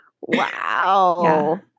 Wow